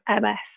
MS